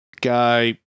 guy